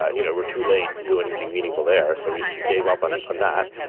you know we're too late to do anything meaningful there. so we we gave up on on that.